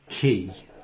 key